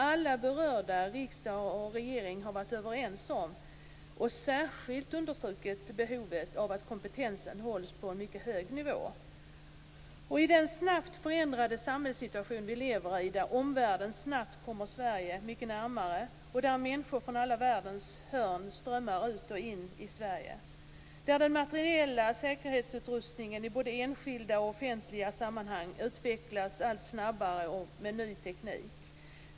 Alla berörda, riksdag och regering, har varit överens om och särskilt understrukit behovet av att kompetensen hålls på en mycket hög nivå. Vi lever i en snabbt föränderlig samhällssituation. Omvärlden kommer snabbt Sverige mycket närmare. Människor från alla världens hörn strömmar ut och in. Den materiella säkerhetsutrustningen i både enskilda och offentliga sammanhang utvecklas allt snabbare och med ny teknik.